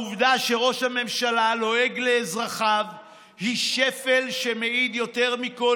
העובדה שראש הממשלה לועג לאזרחיו היא שפל שמעיד יותר מכול